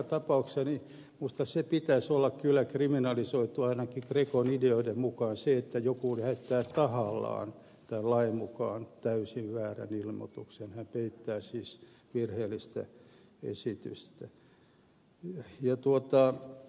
mutta joka tapauksessa minusta pitäisi olla kyllä kriminalisoitu ainakin grecon ideoiden mukaan sen että joku lähettää tahallaan tämän lain mukaan täysin väärän ilmoituksen hän peittää siis virheellistä esitystä